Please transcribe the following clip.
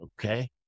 okay